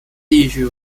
issue